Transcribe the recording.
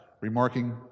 remarking